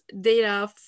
data